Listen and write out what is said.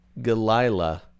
Galila